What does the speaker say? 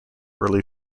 early